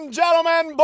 gentlemen